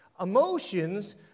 Emotions